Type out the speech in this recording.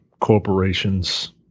corporations